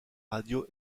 radio